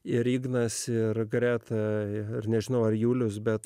ir ignas ir greta ir nežinau ar julius bet